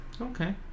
Okay